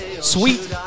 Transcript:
sweet